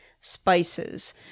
spices